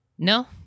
No